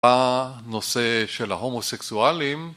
בנושא של ההומוסקסואלים